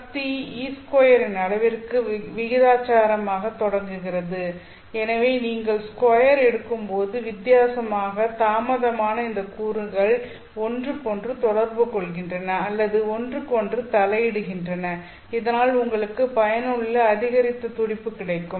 சக்தி E2 இன் அளவிற்கு விகிதாசாரமாகத் தொடங்குகிறது எனவே நீங்கள் ஸ்கொயர் எடுக்கும்போது வித்தியாசமாக தாமதமான இந்த கூறுகள் ஒன்றுக்கொன்று தொடர்புகொள்கின்றன அல்லது ஒன்றுக்கொன்று தலையிடுகின்றன இதனால் உங்களுக்கு பயனுள்ள அதிகரித்த துடிப்பு கிடைக்கும்